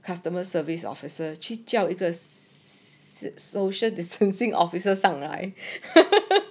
customer service officer 去叫一个 social distancing officer 上来